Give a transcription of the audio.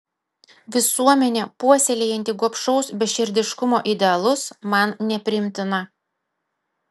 visuomenė puoselėjanti gobšaus beširdiškumo idealus man nepriimtina